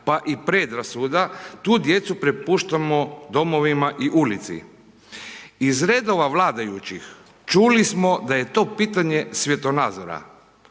pa i predrasuda, tu djecu prepuštamo domova i ulici. Iz redova vladajućih, čuli smo da je to pitanje svjetonazora.